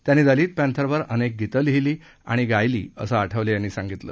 त्यांनी दलित पॅंथरवर अनेक गीते लिहिली आणि गायली असं आठवले यांनी सांगितलं